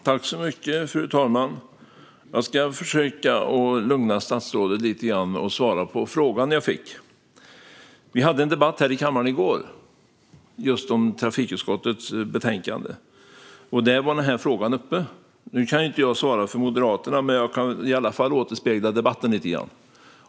Fru talman! Jag ska försöka lugna statsrådet lite grann och svara på frågan jag fick. Vi hade en debatt här i kammaren i går om trafikutskottets betänkande. Då var den här frågan uppe. Jag kan inte svara för Moderaterna, men jag kan i alla fall återspegla debatten lite grann.